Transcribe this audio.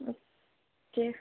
okay